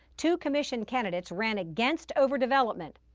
two commission candidates ran against over-development.